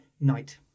night